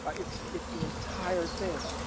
it's, it's the entire thing.